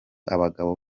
abagabo